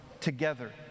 together